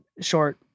short